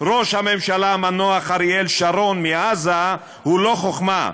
ראש הממשלה המנוח אריאל שרון מעזה הוא לא חוכמה,